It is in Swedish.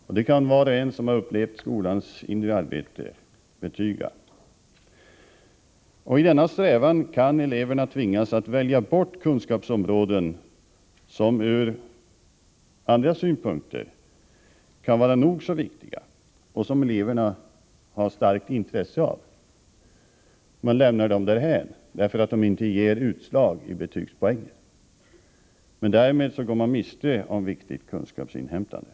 Detta kan var och en som har upplevt skolans inre arbete intyga. I denna strävan kan eleverna tvingas att välja bort kunskapsområden som ur andra synpunkter kan vara nog så viktiga och som eleverna har starkt intresse av. De lämnar dem därhän, därför att de inte ger utslag i betygspoäng, men därmed går de miste om viktigt kunskapsinhämtande.